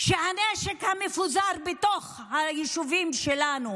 שהנשק המפוזר בתוך היישובים שלנו